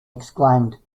exclaimed